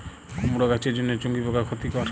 কুমড়ো গাছের জন্য চুঙ্গি পোকা ক্ষতিকর?